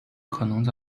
可能